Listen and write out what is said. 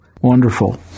Wonderful